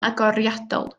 agoriadol